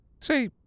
Say